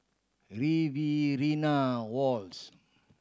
Riverina Was